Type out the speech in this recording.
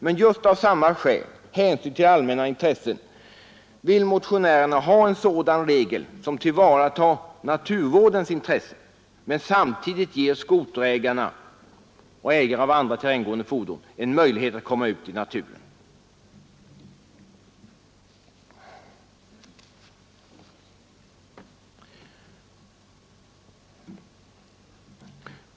Men just av samma skäl — hänsyn till allmänna intressen — vill folkpartimotionärerna ha sådana regler som tillvaratar naturvårdens intressen men samtidigt ger skoterägarna och ägarna av andra terränggående fordon möjlighet att komma ut i naturen.